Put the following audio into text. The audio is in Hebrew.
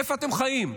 איפה אתם חיים?